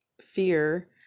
fear